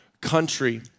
country